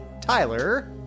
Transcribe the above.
Tyler